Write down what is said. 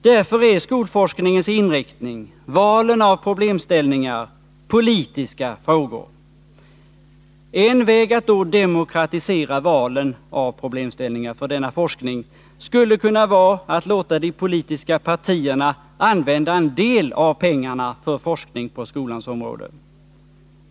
Därför är skolforskningens inriktning och valen av problemställningar politiska frågor. En väg att demokratisera valen av problemställningar för denna forskning skulle då kunna vara att låta de politiska partierna använda en del av pengarna för forskning på skolans område.